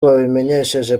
babimenyesheje